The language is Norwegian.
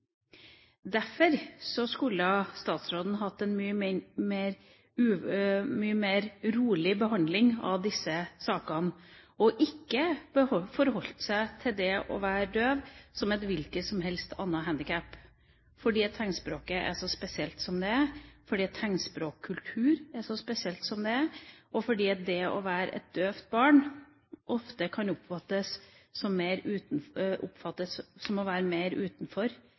Derfor skulle statsråden hatt en mye mer rolig behandling av disse sakene og ikke forholdt seg til det å være døv som et hvilket som helst annet handikap – fordi tegnspråket er så spesielt som det er, fordi tegnspråkkultur er så spesielt som det er, og fordi døve barn ofte kan føle seg mer utenfor